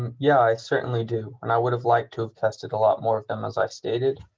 and yeah, i certainly do, and i would have liked to have tested a lot more of them as i've stated.